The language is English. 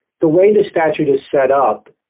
the way the statute is set up,